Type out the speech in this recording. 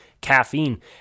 caffeine